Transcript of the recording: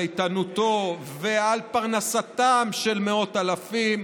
על איתנותו ועל פרנסתם של מאות אלפים,